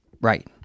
Right